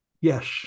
Yes